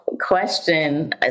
question